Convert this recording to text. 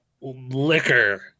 liquor